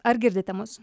ar girdite mus